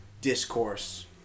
discourse